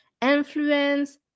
influence